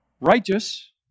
righteous